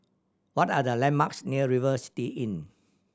what are the landmarks near River City Inn